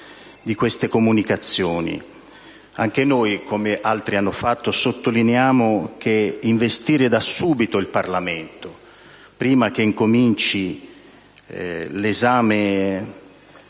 di queste comunicazioni. Anche noi, come altri hanno fatto, sottolineiamo che investire da subito il Parlamento, prima che incominci l'esame